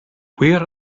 where